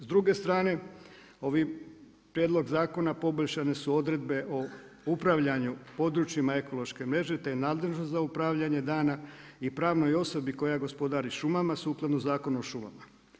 S druge strane ovaj prijedlog zakona poboljšane su odredbe o upravljanju područja ekološke mjere, te nadležnost za upravljanje dana i pravnoj osobi koja gospodari šumama, sukladno Zakona o šumama.